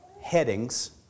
headings